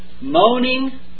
Moaning